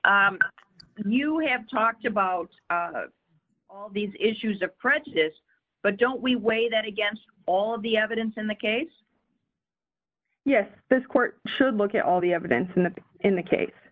quote you have talked about all these issues of prejudice but don't we weigh that against all of the evidence in the case yes this court should look at all the evidence in the in the